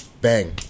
bang